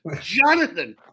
Jonathan